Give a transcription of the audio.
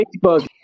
Facebook